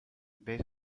wees